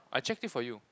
I check it for you